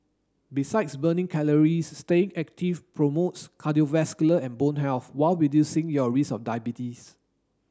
besides burning calories staying active promotes cardiovascular and bone health while reducing your risk of diabetes